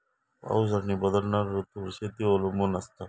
पाऊस आणि बदलणारो ऋतूंवर शेती अवलंबून असता